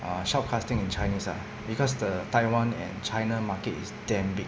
uh shout casting in chinese ah because the taiwan and china market is damn big